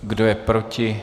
Kdo je proti?